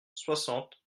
soixante